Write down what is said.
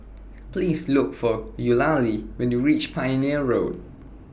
Please Look For Eulalie when YOU REACH Pioneer Road